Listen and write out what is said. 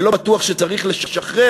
ולא בטוח שצריך לשחרר,